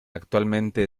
actualmente